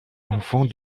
enfant